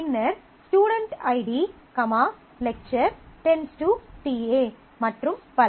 பின்னர் student ID lecturer → TA மற்றும் பல